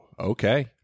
Okay